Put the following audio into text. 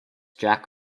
jack